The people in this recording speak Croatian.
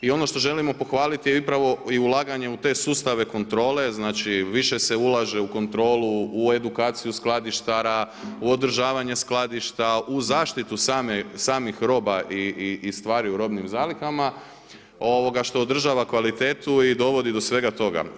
I ono što želimo pohvaliti je upravo i ulaganje u te sustave kontrole, znači više se ulaže u kontrolu, u edukaciju skladištara, u održavanje skladišta, u zaštitu samih roba i stvari u robnim zalihama što održava kvalitetu i dovodi do svega toga.